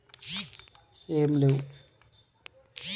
Utility బిల్లులు మరియు చెల్లింపులు చేయడానికి వేరే పద్ధతులు ఏమైనా ఉన్నాయా?